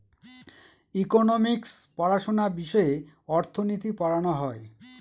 economics পড়াশোনা বিষয়ে অর্থনীতি পড়ানো হয়